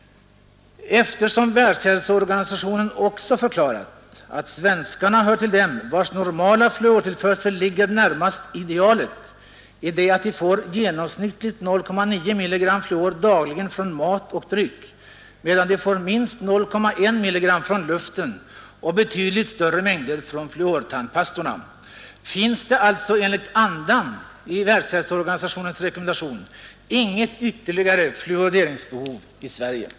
Eftersom Världshälsoorganisationen också förklarat att svenskarna hör till dem vars normala fluortillförsel ligger närmast idealet, i det att de får genomsnittligt 0,9 mg fluor dagligen från mat och dryck och minst 0,1 mg från luften och betydligt större mängder från fluortandpastorna, finns det alltså enligt andan i Världshälsoorganisationens rekommendation inget ytterligare fluorideringsbehov i Sverige.